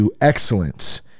excellence